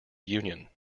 union